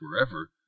forever